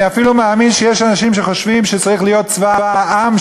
אני אפילו מאמין שיש אנשים שחושבים שצריך להיות צבא העם,